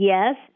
Yes